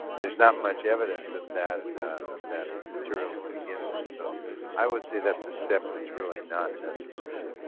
there's not much evidence of that of that material to begin with. so i would say that's a step that's really not necessary.